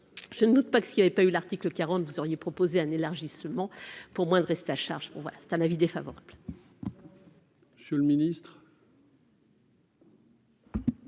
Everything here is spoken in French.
je ne doute pas que ce il y avait pas eu l'article 40, vous auriez proposé un élargissement pour moins de reste à charge pour moi c'est un avis défavorable.